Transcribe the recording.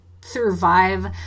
survive